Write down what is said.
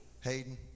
Hayden